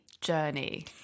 journey